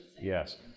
Yes